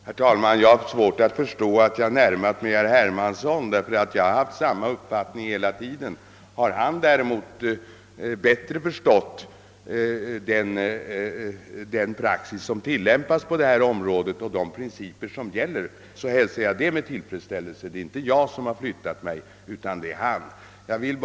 Herr talman! Jag har svårt att inse att jag skulle ha närmat mig herr Hermansson, ty jag har haft samma uppfattning hela tiden. Om herr Hermansson däremot nu bättre förstått den praxis som tillämpas på detta område och de principer som gäller, hälsar jag detta med tillfredsställelse. Det är inte jag som har ändrat position, utan det är i så fall han som gjort det.